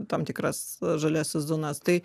tam tikras žaliąsias zonas tai